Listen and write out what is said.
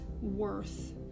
worth